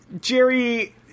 Jerry